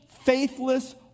faithless